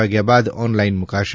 વાગ્યા બાદ ઓનલાઈન મૂકાશે